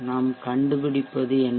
நாம் கண்டுபிடிப்பது என்ன